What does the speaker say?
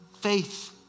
faith